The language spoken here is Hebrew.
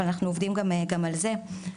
אבל אנחנו עובדים גם על זה.